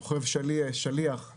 רוכב שליח,